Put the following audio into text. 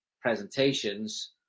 presentations